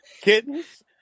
Kittens